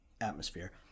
atmosphere